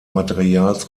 materials